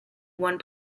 one